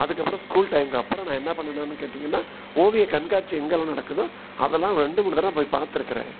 அதுக்கப்புறம் ஸ்கூல் டைம்கப்புறம் நான் என்ன பண்ணினேன்னு கேட்டிங்கனால் ஓவியக்கண்காட்சி எங்கெல்லாம் நடக்குதோ அதெல்லாம் ரெண்டு மூணு தடவை போய் பார்த்துருக்குறேன்